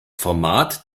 format